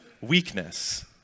weakness